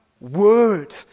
word